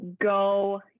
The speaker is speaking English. go